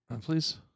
please